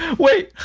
wait,